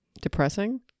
Depressing